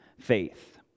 faith